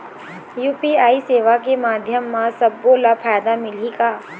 UPI सेवा के माध्यम म सब्बो ला फायदा मिलही का?